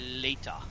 Later